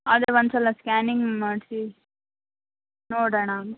ಆದರೆ ಒಂದುಸಲ ಸ್ಕ್ಯಾನಿಂಗ್ ಮಾಡಿಸಿ ನೋಡೋಣ